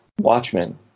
Watchmen